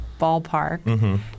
ballpark